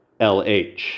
LH